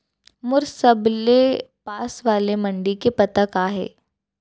मोर सबले पास वाले मण्डी के पता का हे?